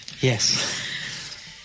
Yes